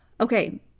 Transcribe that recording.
okay